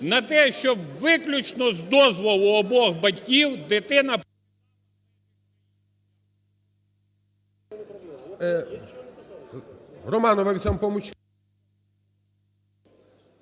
на те, щоб виключно з дозволу обох батьків дитина…